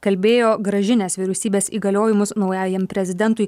kalbėjo grąžinęs vyriausybės įgaliojimus naujajam prezidentui